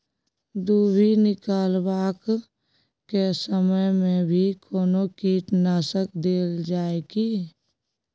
दुभी निकलबाक के समय मे भी कोनो कीटनाशक देल जाय की?